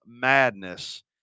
madness